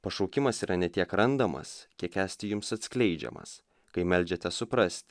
pašaukimas yra ne tiek randamas kiek esti jums atskleidžiamas kai meldžiate suprast